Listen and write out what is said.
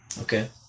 Okay